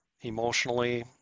emotionally